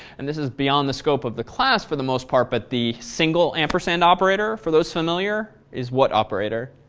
and this is beyond the scope of the class for the most part but the single ampersand operator for those familiar, is what operator?